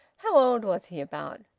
how old was he, about?